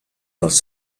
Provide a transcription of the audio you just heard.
dels